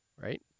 right